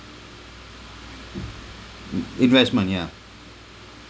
mm investment yeah